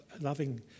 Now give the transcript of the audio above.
loving